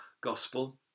gospel